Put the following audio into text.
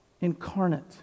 incarnate